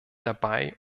dabei